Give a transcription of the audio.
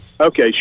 okay